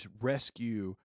rescue